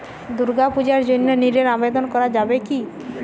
দুর্গাপূজার জন্য ঋণের আবেদন করা যাবে কি?